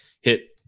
hit